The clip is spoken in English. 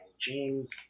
James